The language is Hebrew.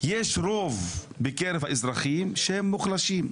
יש רוב בקרב האזרחים שהם מוחלשים,